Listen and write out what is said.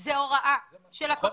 זה הוראה של הקדקודים.